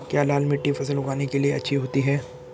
क्या लाल मिट्टी फसल उगाने के लिए अच्छी होती है?